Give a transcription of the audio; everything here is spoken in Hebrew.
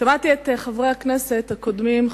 שמעתי את חברי הכנסת הקודמים,